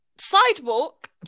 Sidewalk